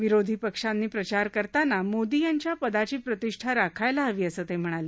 विरोधी पक्षांनी प्रचार करताना मोदी यांच्या पदाची प्रतिष्ठा राखायला हवी असं ते म्हणाले